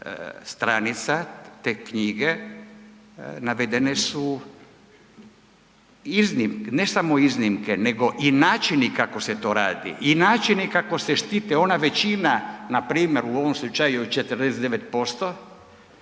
stranica te knjige navedene su iznimke, ne samo iznimke nego i načini kako se to radi. I načini kako se štite ona većina npr. u ovom slučaju 49%